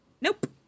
Nope